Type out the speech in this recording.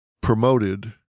promoted